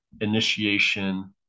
initiation